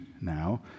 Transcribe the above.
now